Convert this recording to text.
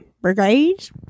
brigades